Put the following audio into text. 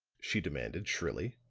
she demanded, shrilly.